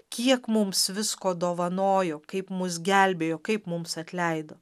kiek mums visko dovanojo kaip mus gelbėjo kaip mums atleido